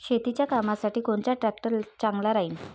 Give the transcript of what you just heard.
शेतीच्या कामासाठी कोनचा ट्रॅक्टर चांगला राहीन?